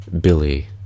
Billy